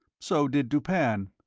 so did dupin.